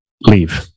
leave